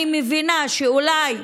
אני מבינה שאולי,